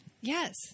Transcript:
Yes